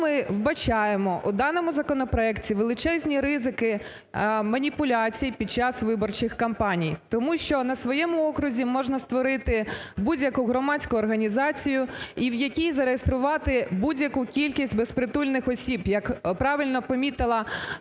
ми вбачаємо у даному законопроекті величезні ризики маніпуляцій під час виборчих кампаній. Тому що на своєму окрузі можна створити будь-яку громадську організацію і в якій зареєструвати будь-яку кількість безпритульних осіб. Як правильно відмітила пані